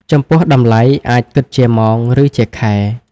ចំពោះតម្លៃអាចគិតជាម៉ោង រឺជាខែ។